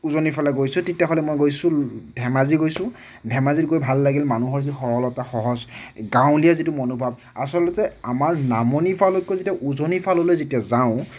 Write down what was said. উজনিৰ ফালে গৈছোঁ তেতিয়াহ'লে মই গৈছোঁ ধেমাজি গৈছোঁ ধেমাজিত গৈ ভাল লাগিল মানুহৰ যি সৰলতা সহজ গাঁৱলীয়া যিটো মনোভাৱ আচলতে আমাৰ নামনিৰ ফালতকৈ যেতিয়া উজনিৰ ফাললৈ যেতিয়া যাওঁ